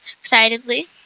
excitedly